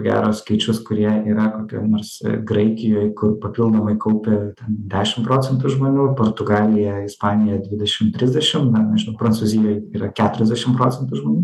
ko gero skaičius kurie yra kokioj nors graikijoj kur papildomai kaupia dešim procentų žmonių portugalija ispanija dvidešim trisdešim na nežinau prancūzijoj yra keturiasdešim procentų žmonių